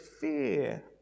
fear